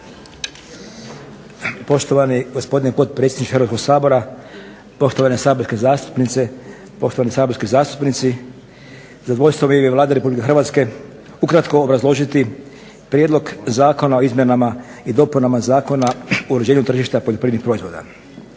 Poštovani gospodine potpredsjedniče Hrvatskog sabora, poštovane saborske zastupnice, poštovani saborski zastupnici. Zadovoljstvo mi je u ime Vlade RH ukratko obrazložiti prijedlog Zakona o izmjenama i dopunama Zakona o uređenju tržišta poljoprivrednih proizvoda.